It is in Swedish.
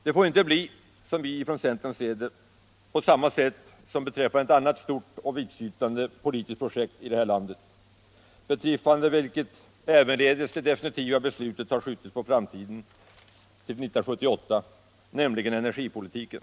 Det får inte bli, som vi från centern ser det, på samma sätt som med ett annat stort och vittsyftande politiskt projekt här i landet, beträffande vilket ävenledes det definitiva beslutet har skjutits på framtiden — till 1978 — nämligen energipolitiken.